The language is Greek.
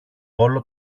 όλο